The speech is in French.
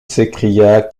s’écria